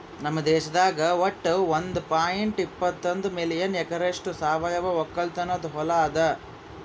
ನಮ್ ದೇಶದಾಗ್ ವಟ್ಟ ಒಂದ್ ಪಾಯಿಂಟ್ ಎಪ್ಪತ್ತೆಂಟು ಮಿಲಿಯನ್ ಎಕರೆಯಷ್ಟು ಸಾವಯವ ಒಕ್ಕಲತನದು ಹೊಲಾ ಅದ